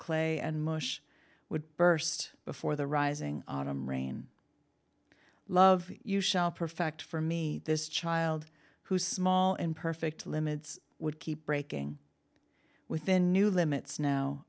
clay and mush would burst before the rising autumn rain love you shall perfect for me this child who small in perfect limits would keep breaking within new limits now